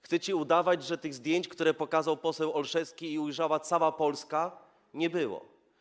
Chcecie udawać, że tych zdjęć, które pokazał poseł Olszewski i ujrzała cała Polska, nie było.